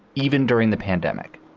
even during the pandemic,